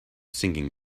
singing